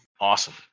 Awesome